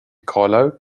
carlo